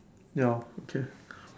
ya okay